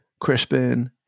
Crispin